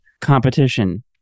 competition